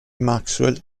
maxwell